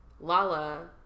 Lala